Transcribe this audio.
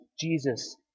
Jesus